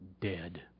dead